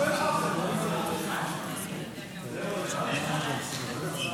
סעיפים 1 2 נתקבלו.